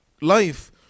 life